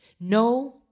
No